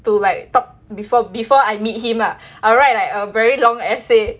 to like talk before before I meet him ah I will write like a very long essay